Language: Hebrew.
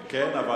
כן,